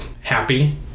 happy